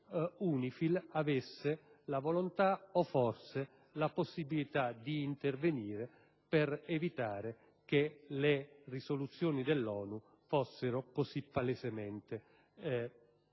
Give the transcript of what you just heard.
abbia avuto la volontà, o forse la possibilità, di intervenire per evitare che le risoluzioni dell'ONU fossero così palesemente disattese.